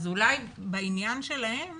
אז אולי בעניין שלהם